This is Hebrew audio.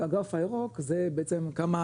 והגרף הירוק זה בעצם כמה